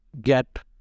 get